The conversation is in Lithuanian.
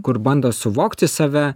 kur bando suvokti save